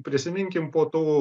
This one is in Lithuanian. prisiminkim po to